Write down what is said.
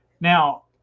now